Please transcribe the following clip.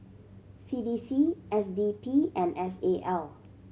C D C S D P and S A L